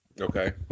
okay